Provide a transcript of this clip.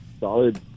solid